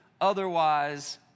otherwise